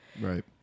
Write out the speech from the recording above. Right